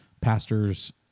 pastors